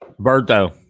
Berto